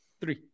Three